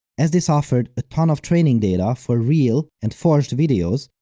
as this offered a ton of training data for real and forged videos,